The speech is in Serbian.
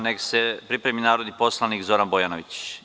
Neka se pripremi narodni poslanik Zoran Bojanović.